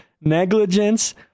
negligence